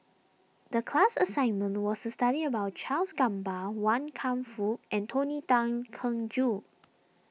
the class assignment was to study about Charles Gamba Wan Kam Fook and Tony Tan Keng Joo